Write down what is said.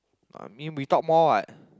no I mean we talk more what